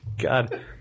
God